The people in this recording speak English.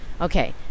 Okay